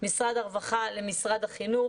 משרד הרווחה למשרד החינוך.